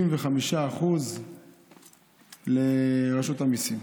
75% לרשות המיסים.